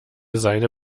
seine